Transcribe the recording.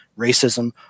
Racism